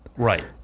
Right